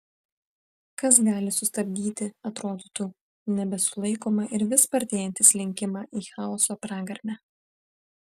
kas gali sustabdyti atrodytų nebesulaikomą ir vis spartėjantį slinkimą į chaoso pragarmę